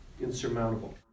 insurmountable